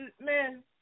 man